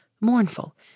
mournful